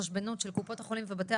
קופות החולים ובתי